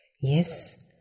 Yes